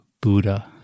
Buddha